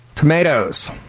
Tomatoes